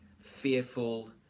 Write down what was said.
fearful